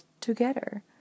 together